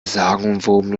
sagenumwobene